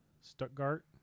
Stuttgart